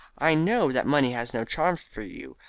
i know that money has no charms for you,